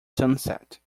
sunset